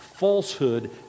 falsehood